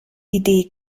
idee